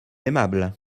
aimable